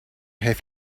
have